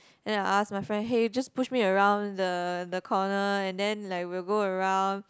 then I will ask my friend hey you just push me around the the corner and then like we will go around